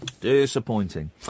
Disappointing